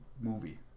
movie